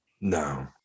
No